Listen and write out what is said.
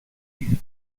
season